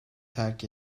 terk